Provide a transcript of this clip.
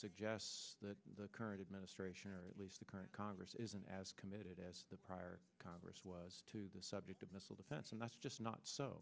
suggests that the current administration or at least the current congress isn't as committed as the prior congress was to the subject of missile defense and that's just not so